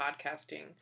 podcasting